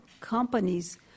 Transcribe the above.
companies